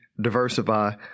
diversify